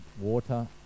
water